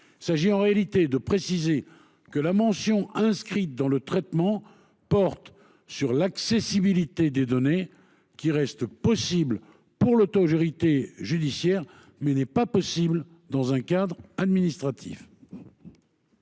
Il s'agit ainsi de préciser que la mention inscrite dans le traitement d'antécédents judiciaires porte sur l'accessibilité des données, qui reste possible pour l'autorité judiciaire, mais qui n'est pas possible dans un cadre administratif.